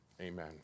amen